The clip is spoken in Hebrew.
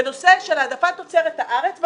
בנושא של העדפת תוצרת הארץ,